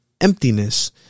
emptiness